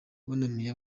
bunamiye